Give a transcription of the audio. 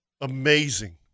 Amazing